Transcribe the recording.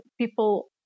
people